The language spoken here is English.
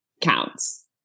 counts